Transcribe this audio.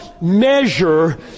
measure